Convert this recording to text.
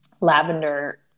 lavender